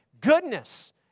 Goodness